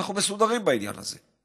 אנחנו מסודרים בעניין הזה,